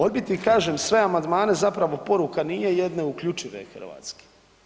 Odbiti kažem sve amandmane zapravo poruka nije jedne uključive Hrvatske.